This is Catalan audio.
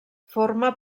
forma